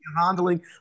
handling